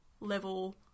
level